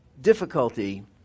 difficulty